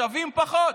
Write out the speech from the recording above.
שווים פחות.